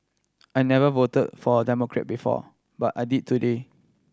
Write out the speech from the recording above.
I never vote for a Democrat before but I did today